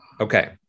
Okay